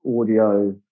audio